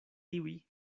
tiuj